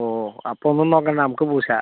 ഓ അപ്പം ഒന്നും നോക്കേണ്ട നമ്മൾക്ക് പൂശാം